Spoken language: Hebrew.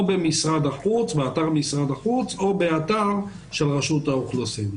או באתר משרד החוץ או באתר של רשות האוכלוסין.